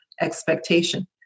expectation